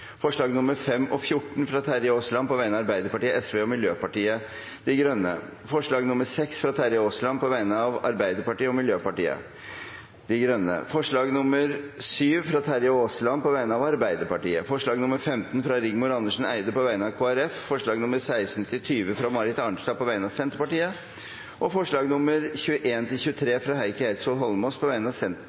og Miljøpartiet De Grønne forslag nr. 6, fra Terje Aasland på vegne av Arbeiderpartiet og Miljøpartiet De Grønne forslag nr. 7, fra Terje Aasland på vegne av Arbeiderpartiet forslag nr. 15, fra Rigmor Andersen Eide på vegne av Kristelig Folkeparti forslagene nr. 16–20, fra Marit Arnstad på vegne av Senterpartiet forslagene nr. 21–23, fra Heikki Eidsvoll Holmås på vegne av Sosialistisk Venstreparti og Miljøpartiet De Grønne forslagene nr. 8, 9 og 24, fra Heikki Eidsvoll Holmås på vegne av